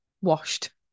washed